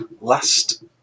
last